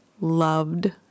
loved